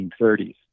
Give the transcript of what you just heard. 1930s